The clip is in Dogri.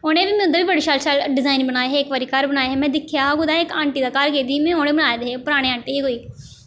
उ'नें बी मंदर बड़े बड़े शैल डिजाईन बनाए हे इक बारी बनाए हे में दिक्खेआ हा कुदै आंटी दे घर गेदी ही ते उ'नें बनाए दे हे परानी आंटी ही कोई